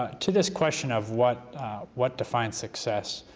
to this question of what what defines success,